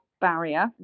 barrier